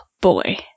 boy